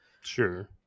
Sure